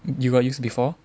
you got use before